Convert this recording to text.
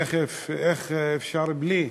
איך אפשר בלי?